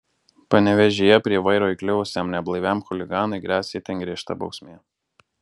panevėžyje prie vairo įkliuvusiam neblaiviam chuliganui gresia itin griežta bausmė